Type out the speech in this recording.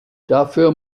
dafür